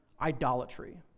idolatry